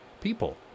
people